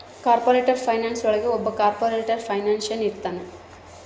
corporate finance ಒಳಗ ಒಬ್ಬ corporate financier ಇರ್ತಾನ